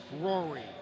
Rory